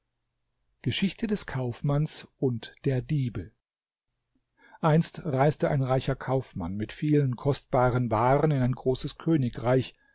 geschichte des kaufmanns und der diebe einst reiste ein reicher kaufmann mit vielen kostbaren waren in ein großes königreich